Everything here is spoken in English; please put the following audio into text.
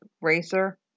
Racer